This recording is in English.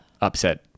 upset